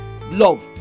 love